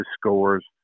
scores